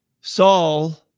Saul